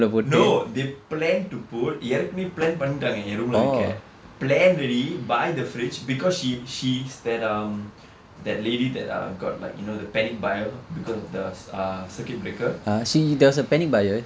no they planned to put ஏற்கனவே:aerkanavae plan பண்ணிட்டாங்க என்:pannittaanka en room இல்ல வைக்க:illa vaikka plan already buy the fridge because she she's that um that lady that ah got like you know the panic buyer because of the uh circuit breaker